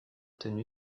tenu